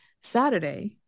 Saturday